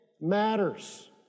matters